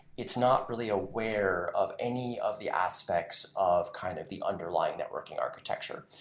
it's not really aware of any of the aspects of kind of the underlying networking architecture.